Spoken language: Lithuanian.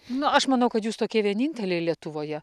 nu aš manau kad jūs tokie vieninteliai lietuvoje